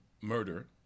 murder